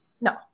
No